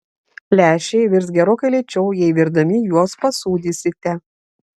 lęšiai virs gerokai lėčiau jei virdami juos pasūdysite